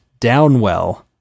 downwell